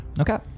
okay